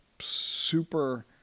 super